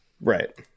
Right